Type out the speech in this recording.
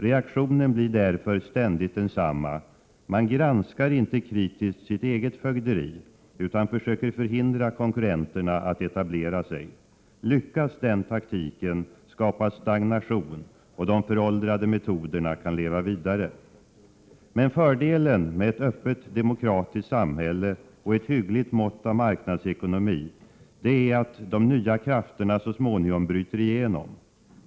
Reaktionen blir därför ständigt densamma: Man granskar inte kritiskt sitt eget fögderi utan försöker förhindra konkurrenterna att etablera sig. Lyckas den taktiken skapas stagnation, och de föråldrade metoderna kan leva vidare. Men fördelen med ett öppet, demokratiskt samhälle och ett hyggligt mått av marknadsekonomi är att de nya krafterna så småningom bryter igenom.